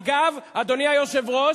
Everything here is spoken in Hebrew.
אגב, אדוני היושב-ראש,